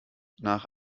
nach